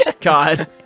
God